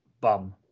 bum